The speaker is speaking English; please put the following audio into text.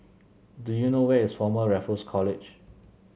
do you know where is Former Raffles College